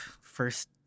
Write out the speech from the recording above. First